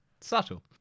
subtle